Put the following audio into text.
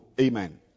Amen